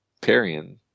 Parian